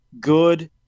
good